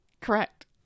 Correct